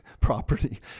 property